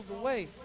away